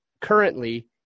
currently